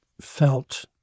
felt